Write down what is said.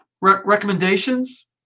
recommendations